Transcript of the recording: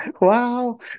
wow